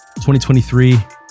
2023